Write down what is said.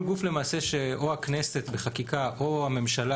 למעשה כל גוף שהכנסת בחקיקה או הממשלה